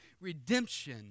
redemption